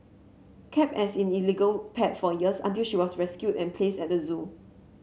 kept as in illegal pet for years until she was rescued and placed at the zoo